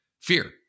Fear